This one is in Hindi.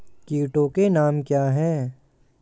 कीटों के नाम क्या हैं?